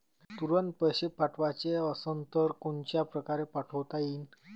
तुरंत पैसे पाठवाचे असन तर कोनच्या परकारे पाठोता येईन?